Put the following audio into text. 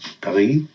Paris